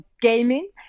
gaming